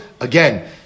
again